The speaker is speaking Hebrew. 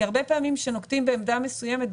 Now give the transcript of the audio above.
כי הרבה פעמים כשנוקטים בעמדה מסוימת,